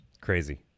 Crazy